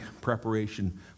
preparation